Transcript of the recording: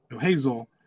Hazel